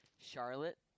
Charlotte